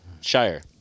Shire